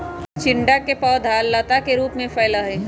चिचिंडा के पौधवा लता के रूप में फैला हई